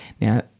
Now